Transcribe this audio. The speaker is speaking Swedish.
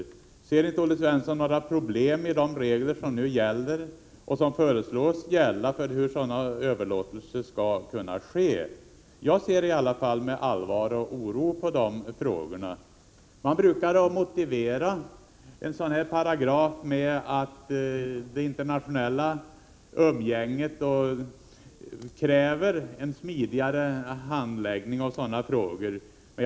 Finner inte Olle Svensson några problem med de regler som nu gäller och som föreslås gälla för hur sådan överlåtelse skall ske? Jag ser i alla fall med allvar och oro på dessa frågor. Man brukar motivera en sådan här paragraf med att det internationella umgänget kräver en smidigare handläggning av i sammanhanget aktuella ärenden.